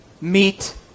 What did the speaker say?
Meet